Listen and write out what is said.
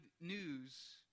news